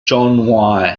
john